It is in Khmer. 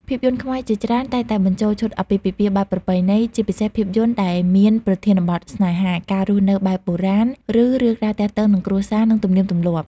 ភាពយន្តខ្មែរជាច្រើនតែងតែបញ្ចូលឈុតអាពាហ៍ពិពាហ៍បែបប្រពៃណី ជាពិសេសភាពយន្តដែលមានប្រធានបទស្នេហា ការរស់នៅបែបបុរាណ ឬរឿងរ៉ាវទាក់ទងនឹងគ្រួសារ និងទំនៀមទម្លាប់។